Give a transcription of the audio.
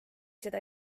seda